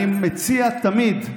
אני מציע, תמיד,